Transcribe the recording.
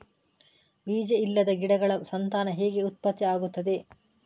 ಬೀಜ ಇಲ್ಲದ ಗಿಡಗಳ ಸಂತಾನ ಹೇಗೆ ಉತ್ಪತ್ತಿ ಆಗುತ್ತದೆ?